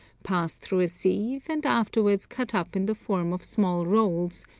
passed through a sieve, and afterwards cut up in the form of small rolls,